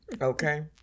Okay